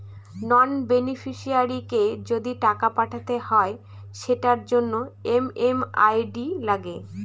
নন বেনিফিশিয়ারিকে যদি টাকা পাঠাতে হয় সেটার জন্য এম.এম.আই.ডি লাগে